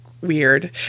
weird